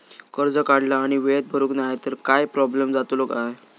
कर्ज काढला आणि वेळेत भरुक नाय तर काय प्रोब्लेम जातलो काय?